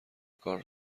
کار